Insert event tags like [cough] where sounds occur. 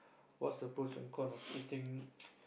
what's the pros and con of eating [noise]